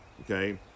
okay